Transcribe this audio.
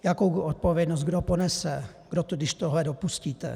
Jakou odpovědnost kdo ponese, když tohle dopustíte?